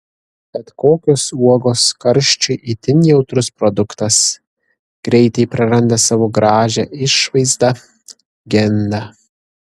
bet kokios uogos karščiui itin jautrus produktas greitai praranda savo gražią išvaizdą genda